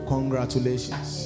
Congratulations